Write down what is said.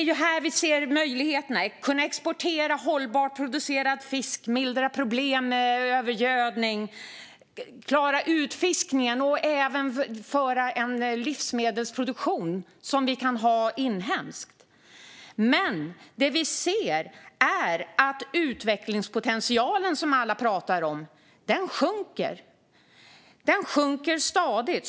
Vi ser här en möjlighet att exportera hållbart producerad fisk, att mildra problem med övergödning, att klara utfiskningen och även att ha en inhemsk livsmedelsproduktion. Men det vi ser är att utvecklingspotentialen, som alla pratar om, sjunker stadigt.